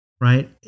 right